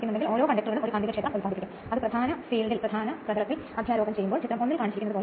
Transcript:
മറ്റൊന്ന് squirrel cage winding അത് squirrel cage induction motor ആണ്